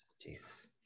Jesus